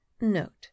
Note